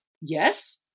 yes